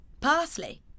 parsley